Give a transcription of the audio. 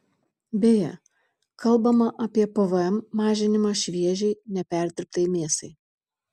beje kalbama apie pvm mažinimą šviežiai neperdirbtai mėsai